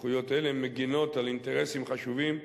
זכויות אלה מגינות על אינטרסים חשובים,